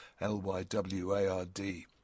L-Y-W-A-R-D